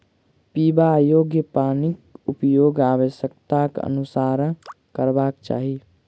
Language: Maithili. पीबा योग्य पानिक उपयोग आवश्यकताक अनुसारेँ करबाक चाही